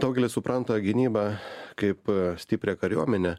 daugelis supranta gynybą kaip stiprią kariuomenę